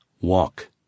Walk